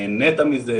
נהנית מזה,